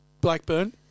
Blackburn